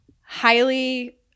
highly